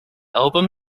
album